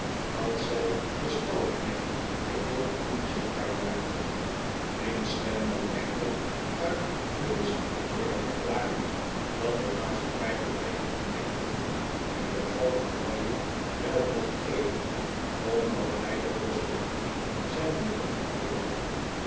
dat zij den stalknecht geheel onzichtbaar maakten wiens stem men echter uit den mist hoorde verklaren dat de maatschappij tot redding van drenkelingen hem de gouden medaille wel mocht geven omdat hij den postiljon zijn hoed had afgenomen